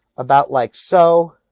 about like so.